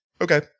Okay